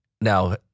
Now